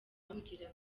mbwira